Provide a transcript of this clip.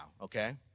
okay